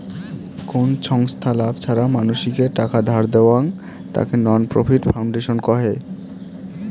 কোন ছংস্থা লাভ ছাড়া মানসিকে টাকা ধার দেয়ং, তাকে নন প্রফিট ফাউন্ডেশন কহে